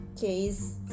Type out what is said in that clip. case